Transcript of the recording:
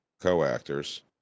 co-actors